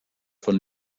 von